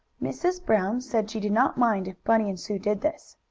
mrs. brown said she did not mind if bunny and sue did this.